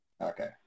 Okay